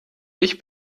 ich